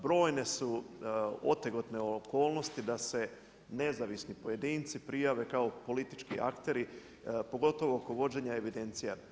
Brojne su otegotne okolnosti da se nezavisni pojedinci prijave kao politički akteri pogotovo oko vođenja evidencija.